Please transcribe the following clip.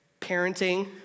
parenting